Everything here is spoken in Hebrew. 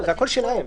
זה הכול שלהם.